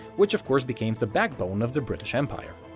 which of course became the backbone of the british empire.